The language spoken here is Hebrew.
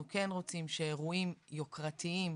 אנחנו כן רוצים שאירועים יוקרתיים